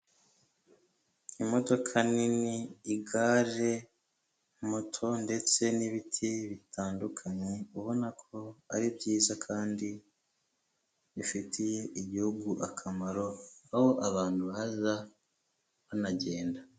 Imodoka nini, igare, moto ndetse n'ibiti bitandukanye, ubona ko ari byiza kandi bifitiye igihugu akamaro, aho abantu baza banagenda.